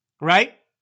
right